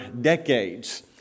decades